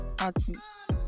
artist